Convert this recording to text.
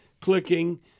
clicking